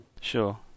Sure